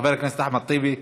חבר הכנסת אחמד טיבי,